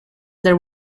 there